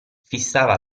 fissava